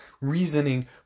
reasoning